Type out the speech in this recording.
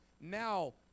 Now